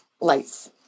lights